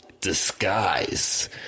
disguise